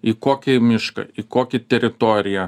į kokį mišką į kokį teritoriją